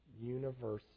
universal